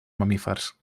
mamífers